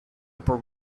upper